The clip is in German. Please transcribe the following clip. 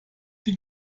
die